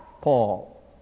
Paul